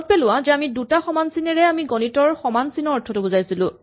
মনত পেলোৱা দুটা সমান চিনেৰে আমি গণিতৰ সমান চিনৰ অৰ্থটো বুজাইছিলো